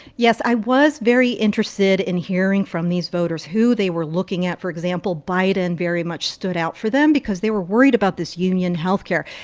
yes. i was very interested in hearing from these voters who they were looking at. for example, biden very much stood out for them because they were worried about this union health care.